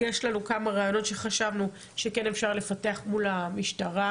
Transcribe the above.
יש לנו כמה רעיונות שחשבנו שכן אפשר לפתח מול המשטרה,